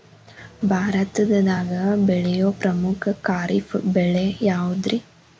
ಭಾರತದಾಗ ಬೆಳೆಯೋ ಪ್ರಮುಖ ಖಾರಿಫ್ ಬೆಳೆ ಯಾವುದ್ರೇ?